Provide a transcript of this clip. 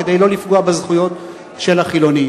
כדי שלא לפגוע בזכויות של החילונים.